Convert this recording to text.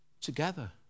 together